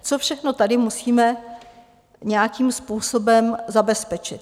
Co všechno tady musíme nějakým způsobem zabezpečit?